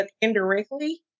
indirectly